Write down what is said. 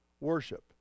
worship